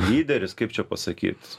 lyderis kaip čia pasakyt